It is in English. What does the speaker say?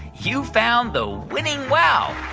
you found the winning wow.